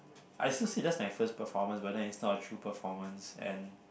I still see that as my first performance but that is not a true performance and